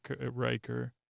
Riker